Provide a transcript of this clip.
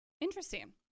Interesting